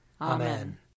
Amen